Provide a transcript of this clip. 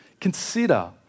Consider